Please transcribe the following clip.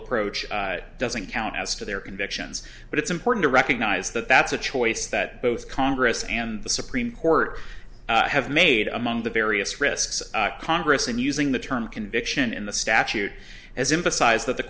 approach doesn't count as to their convictions but it's important to recognize that that's a choice that both congress and the supreme court have made among the various risks congress in using the term conviction in the statute as emphasized that the